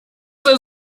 soll